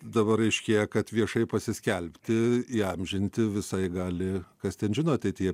dabar aiškėja kad viešai pasiskelbti įamžinti visai gali kas ten žino ateityje